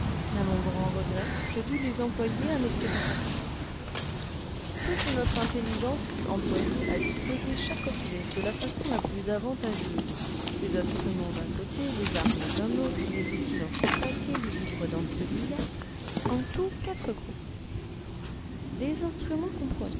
à mon grand regret je dus les employer à nos préparatifs toute notre intelligence fut employée à disposer chaque objet de la façon la plus avantageuse les instruments d'un côté les armes d'un autre les outils dans ce paquet les vivres dans celui-là en tout quatre groupes les instruments